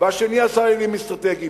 והשני הוא השר לעניינים אסטרטגיים,